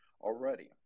already